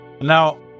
Now